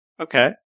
Okay